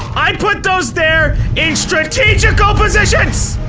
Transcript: i put those there in strategical positions!